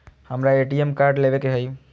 हमारा ATM card लेव के हई